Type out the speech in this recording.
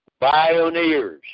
Bioneers